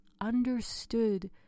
understood